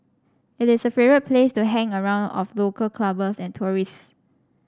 it is a favourite place to hang around of local clubbers and tourists